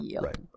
right